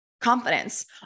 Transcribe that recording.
confidence